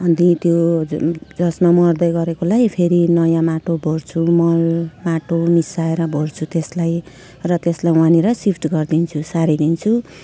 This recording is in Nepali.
अनि त्यो जसमा मर्दै गरेकोलाई फेरि नयाँ माटो भर्छु मल माटो मिसाएर भर्छु त्यसलाई र त्यसलाई वहाँनिर सिफ्ट गरिदिन्छु सारिदिन्छु